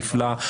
נפלא,